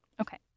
Okay